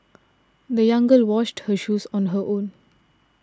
the young girl washed her shoes on her own